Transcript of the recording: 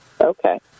Okay